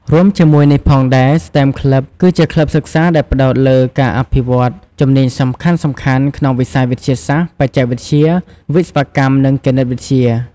រួមជាមួយនេះផងដែរ STEM Club គឺជាក្លឹបសិក្សាដែលផ្តោតលើការអភិវឌ្ឍជំនាញសំខាន់ៗក្នុងវិស័យវិទ្យាសាស្ត្រ បច្ចេកវិទ្យា វិស្វកម្ម និងគណិតវិទ្យា ។